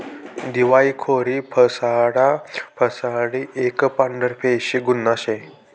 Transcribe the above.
दिवायखोरी फसाडा फसाडी एक पांढरपेशा गुन्हा शे